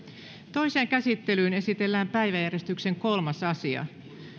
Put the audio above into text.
toiseen käsittelyyn esitellään päiväjärjestyksen kolmas asia